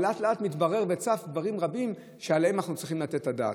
אבל לאט-לאט מתבררים וצפים דברים רבים שעליהם אנחנו צריכים לתת את הדעת.